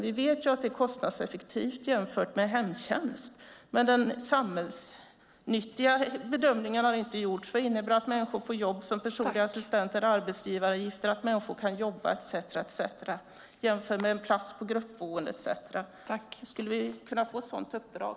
Vi vet att den är kostnadseffektiv jämfört med hemtjänst. Den samhällsnyttiga bedömningen har inte gjorts av vad det innebär att människor får jobb som personliga assistenter, att det betalas in arbetsgivaravgifter och att människor kan jobba etcetera jämfört med en plats på gruppboende. Skulle vi kunna få se ett sådant uppdrag?